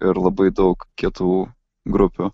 ir labai daug kietų grupių